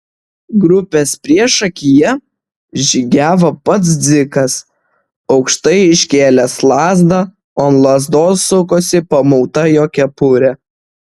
grupės priešakyje žygiavo pats dzikas aukštai iškėlęs lazdą o ant lazdos sukosi pamauta jo kepurė